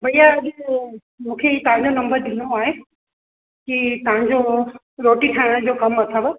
भइया अॼु मूंखे तव्हां जो नम्बर ॾिनो आहे कि तव्हां जो रोटी ठाहिण जो कम अथव